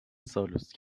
زالوست